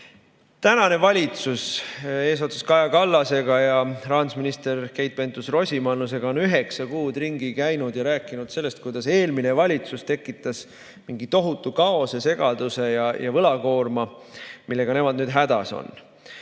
Tänane valitsus eesotsas Kaja Kallasega ja rahandusminister Keit Pentus-Rosimannusega on üheksa kuud ringi käinud ja rääkinud sellest, kuidas eelmine valitsus tekitas mingi tohutu kaose, segaduse ja võlakoorma, millega nemad nüüd hädas on.